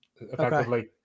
effectively